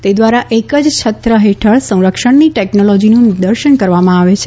તે દ્વારા એક જ છત્ર હેઠળ સંરક્ષણની ટેકનોલોજીનું નિદર્શન કરવામાં આવે છે